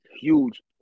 huge